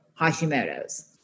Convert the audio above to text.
Hashimoto's